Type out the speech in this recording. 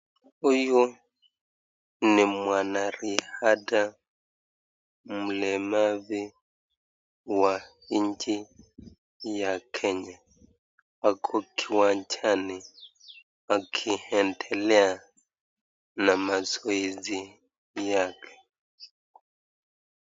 Huyu ni mwanariadha mlemavu wa nchi ya Kenya .Ako kiwanjani akiendelea na mazoezi yake.